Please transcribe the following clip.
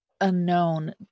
unknown